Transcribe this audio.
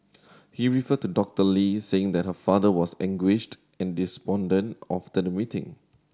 he referred to Doctor Lee saying that her father was anguished and despondent after the waiting